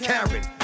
Karen